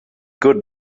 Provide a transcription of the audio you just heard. good